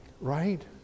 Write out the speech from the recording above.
Right